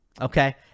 Okay